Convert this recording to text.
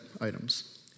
items